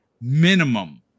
minimum